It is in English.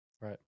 Right